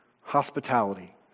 hospitality